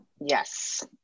Yes